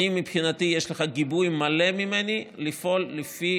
מבחינתי יש לך גיבוי מלא ממני לפעול לפי